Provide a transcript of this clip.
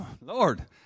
Lord